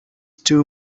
too